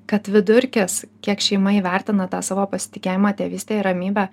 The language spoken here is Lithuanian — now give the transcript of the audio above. kad vidurkis kiek šeima įvertina tą savo pasitikėjimą tėvyste ir ramybę